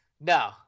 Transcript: No